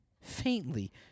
faintly